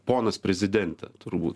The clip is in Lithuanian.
ponas prezidente turbūt